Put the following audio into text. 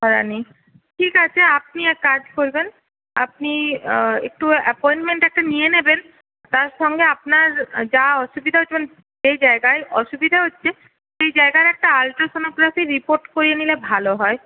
করা নেই ঠিক আছে আপনি এক কাজ করবেন আপনি একটু অ্যাপয়েন্টমেন্ট একটা নিয়ে নেবেন তার সঙ্গে আপনার যা অসুবিধা হচ্ছে মানে যেই জায়গায় অসুবিধা হচ্ছে সেই জায়গার একটা আল্ট্রা সোনোগ্রাফী রিপোর্ট করিয়ে নিলে ভালো হয়